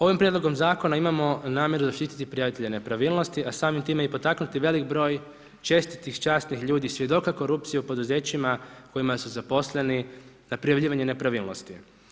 Ovim Prijedlogom zakona imamo namjeru zaštiti prijavitelje nepravilnosti, a samim time i potaknuti velik broj čestitih, časnih ljudi, svjedoka korupcije u poduzećima u kojima su zaposleni na prijavljivanje nepravilnosti.